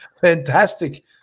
fantastic